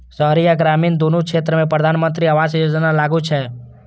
शहरी आ ग्रामीण, दुनू क्षेत्र मे प्रधानमंत्री आवास योजना लागू छै